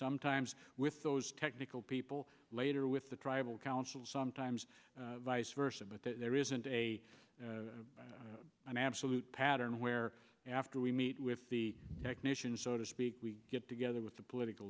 sometimes with those technical people later with the tribal council sometimes vice versa but there isn't a an absolute pattern where after we meet with the technicians so to speak we get together with the political